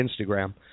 Instagram